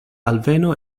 alveno